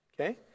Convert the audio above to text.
Okay